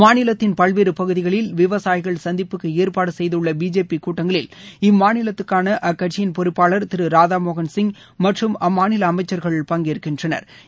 மாநிலத்தின் பல்வேறு பகுதிகளில் விவசாயிகள் சந்திப்புக்கு ஏற்பாடு செய்துள்ள பிஜேபி கூட்டங்களில் இம்மாநிலத்துக்கான அக்கட்சியின் பொறுப்பாளர் திரு ராதாமோகன்சிய் மற்றும் அம்மாநில அமைச்சா்கள் பங்கேற்கின்றனா்